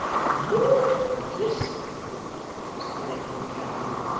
lord bless me said the lady of the caravan.